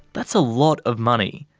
that's a lot of money.